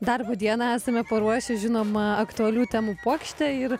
darbo dieną esame paruošę žinoma aktualių temų puokštę ir